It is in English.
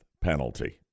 penalty